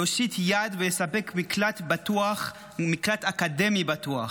להושיט יד ולספק מקלט בטוח ומקלט אקדמי בטוח.